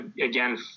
again